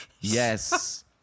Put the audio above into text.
yes